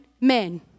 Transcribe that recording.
men